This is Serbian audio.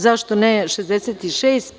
Zašto ne 66?